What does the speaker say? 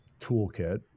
toolkit